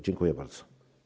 Dziękuję bardzo.